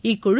இக்குழு